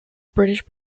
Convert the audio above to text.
british